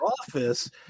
office